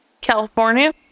California